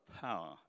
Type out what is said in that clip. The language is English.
power